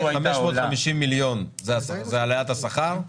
550 מיליון זה העלאת השכר,